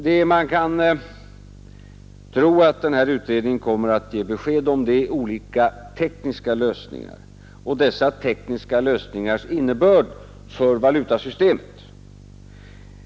Det man tror att den här utredningen kommer att ge besked om är olika tekniska lösningar och dessa tekniska lösningars innebörd för valutasystemet.